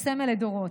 וסמל לדורות.